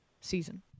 season